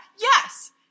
yes